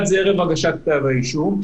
אחד זה ערב הגשת כתב האישום,